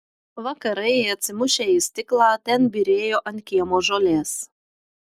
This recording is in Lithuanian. vakarai atsimušę į stiklą ten byrėjo ant kiemo žolės